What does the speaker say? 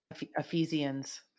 Ephesians